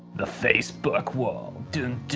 the facebook wall,